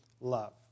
love